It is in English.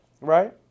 right